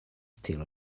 still